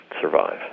survive